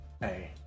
Hey